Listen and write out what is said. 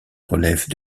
relèvent